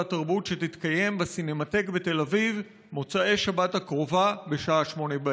התרבות שתתקיים בסינמטק בתל אביב במוצאי שבת הקרובה בשעה 20:00,